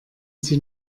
sie